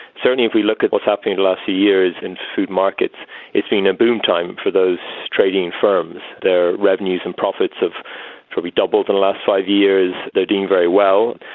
certainly if we look at what's happened in the last few years in food markets it's been a boom time for those trading firms. their revenues and profits have probably doubled in the last five years, they're doing very well,